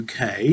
UK